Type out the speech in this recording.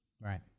Right